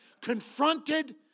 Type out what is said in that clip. confronted